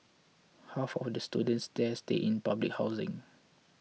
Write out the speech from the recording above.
half of the students there stay in public housing